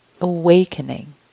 awakening